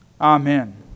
Amen